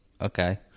okay